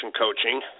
coaching